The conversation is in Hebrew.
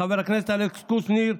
חבר הכנסת אלכס קושניר,